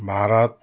Bharat